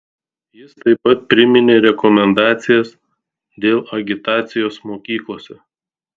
jis taip pat priminė rekomendacijas dėl agitacijos mokyklose